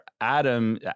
Adam